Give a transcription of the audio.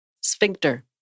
Sphincter